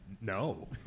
no